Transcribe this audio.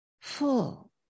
full